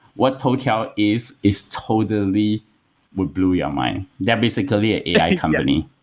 what toutiao, is is totally would blow your mind. they're basically an ai company,